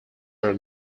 are